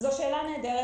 יש את סוגיית האגרות,